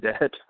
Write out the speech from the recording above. Dead